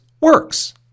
works